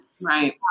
Right